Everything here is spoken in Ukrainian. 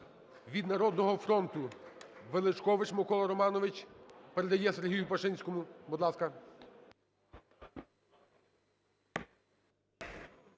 Від "Народного фронту" Величкович Микола Романович. Передає Сергію Пашинському, будь ласка.